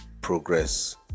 progress